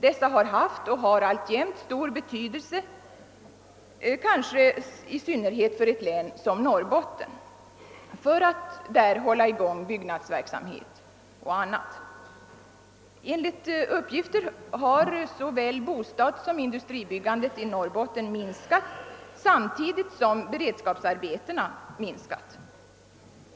Dessa har haft och har alltjämt stor betydelse, i synnerhet för ett län som Norrbotten, för att där hålla i gång byggnadsverksamhet och annat. Enligt uppgifter har såväl bostadssom industribyggandet i Norrbotten minskat samtidigt som beredskapsarbetena minskat.